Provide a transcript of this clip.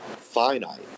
finite